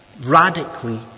radically